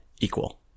equal